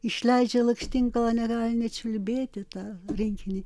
išleidžia lakštingala negali nečiulbėti tą rinkinį